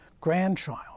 grandchild